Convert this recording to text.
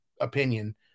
opinion